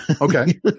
Okay